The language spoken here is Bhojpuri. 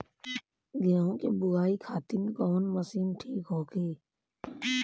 गेहूँ के बुआई खातिन कवन मशीन ठीक होखि?